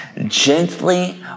gently